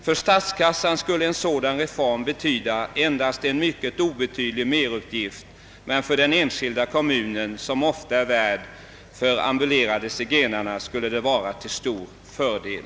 För statskassan skulle en sådan reform betyda endast en mycket obetydlig merutgift, medan det för den enskilda kommunen, som ofta är värd för ambulerande zigenare, skulle vara till stor fördel.